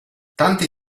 tanti